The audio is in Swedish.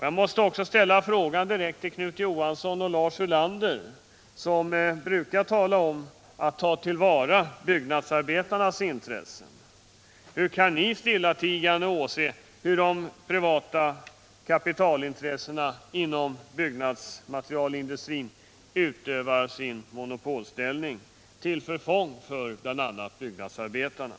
Jag måste också ställa en fråga direkt till Knut Johansson och Lars Ulander, som brukar tala om att ta till vara byggnadsarbetarnas intressen: Hur kan ni stillatigande åse hur de privata kapitalintressena inom byggnadsmaterialin dustrin utövar sin monopolställning till förfång för bl.a. byggnadsarbe Nr 80 tarna?